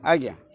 ଆଜ୍ଞା